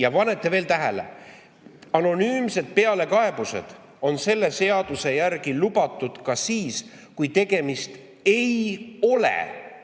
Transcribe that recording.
Ja panete veel tähele, anonüümsed pealekaebused on selle seaduse järgi lubatud ka siis, kui tegemist ei ole